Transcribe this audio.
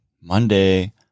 Monday